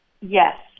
Yes